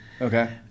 Okay